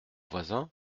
voisin